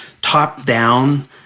top-down